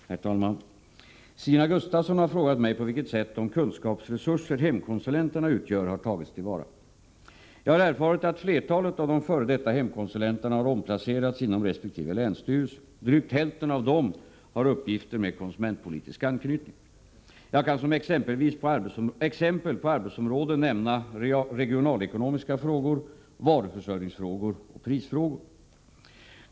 Herr talman! Stina Gustavsson har frågat mig på vilket sätt de kunskapsresurser hemkonsulenterna utgör har tagits till vara. Jag har erfarit att flertalet av de f.d. hemkonsulenterna har omplacerats inom resp. länsstyrelse. Drygt hälften av dessa har uppgifter med konsumentpolitisk anknytning. Jag kan som exempel på arbetsområden nämna regionalekonomiska frågor, varuförsörjningsfrågor och prisfrågor.